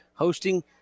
hosting